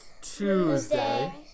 tuesday